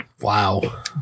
wow